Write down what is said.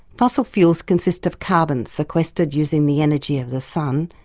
fossil fuels consist of carbon, sequestered using the energy of the sun,